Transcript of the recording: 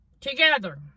together